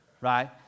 right